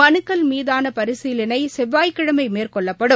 மனுக்கள் மீதானபரிசீலனைசெவ்வாய்கிழமைமேற்கொள்ளப்படும்